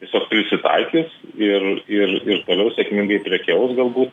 tiesiog prisitaikys ir ir ir toliau sėkmingai prekiaus galbūt